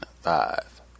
five